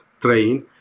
train